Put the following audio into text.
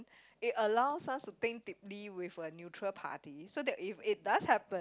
it allows us to think deeply with a neutral party so that if it does happen